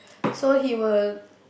so he will